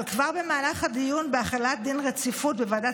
אבל כבר במהלך הדיון בהחלת דין רציפות בוועדת